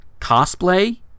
cosplay